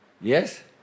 Yes